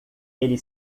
ele